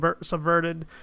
subverted